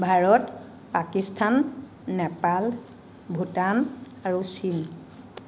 ভাৰত পাকিস্তান নেপাল ভূটান আৰু চীন